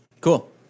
Cool